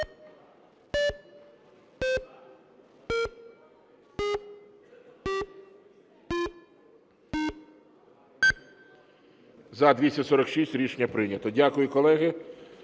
За-246 Рішення прийнято. Дякую, колеги.